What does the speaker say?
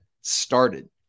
started